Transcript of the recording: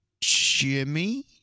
Jimmy